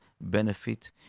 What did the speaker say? benefit